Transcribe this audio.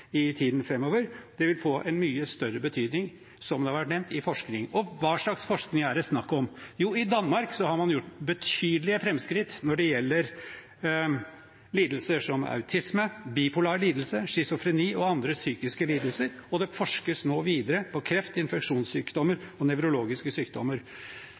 i tiden framover. Den vil få en mye større betydning i forskningen, som det har vært nevnt. Hva slags forskning er det snakk om? I Danmark har man gjort betydelige framskritt når det gjelder lidelser som autisme, bipolar lidelse, schizofreni og andre psykiske lidelser, og det forskes nå videre på kreft, infeksjonssykdommer og nevrologiske sykdommer